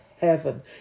heaven